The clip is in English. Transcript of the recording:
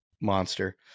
monster